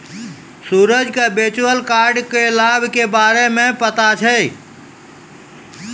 सूरज क virtual card क लाभ के बारे मे पता छै